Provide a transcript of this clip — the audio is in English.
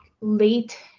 late